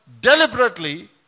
deliberately